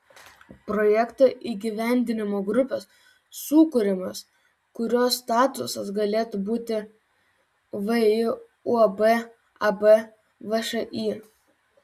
projekto įgyvendinimo grupės sukūrimas kurio statusas galėtų būti vį uab ab všį